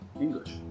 English